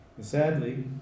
Sadly